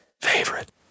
favorite